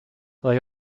they